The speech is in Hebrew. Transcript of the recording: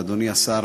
אדוני השר,